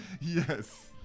Yes